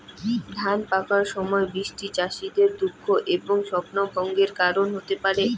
ধান পাকার সময় বৃষ্টি চাষীদের দুঃখ এবং স্বপ্নভঙ্গের কারণ হতে পারে